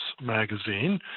magazine